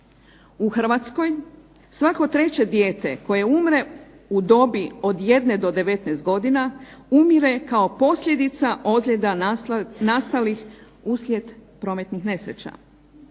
U Hrvatskoj svako 3. dijete koje umre u dobi od jedne do 19 godina, umire kao posljedica ozljeda nastalih uslijed prometnih nesreća.